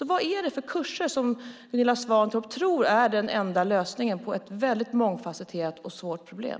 Vad är det för kurser som Gunilla Svantorp tror är den enda lösningen på ett väldigt mångfasetterat och svårt problem?